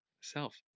self